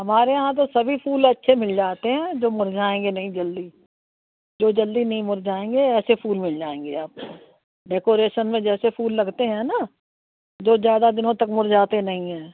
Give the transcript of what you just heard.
हमारे यहाँ तो सभी फूल अच्छे मिल जाते हैं जो मुरझाएँगे नी जल्दी जो जल्दी नहीं मुरझाएँगे ऐसे फूल मिल जाएँगे आपको डेकोरेशन में जैसे फूल लगते हैना जो ज़्यादा दिनों तक मुरझाते नहीं हैं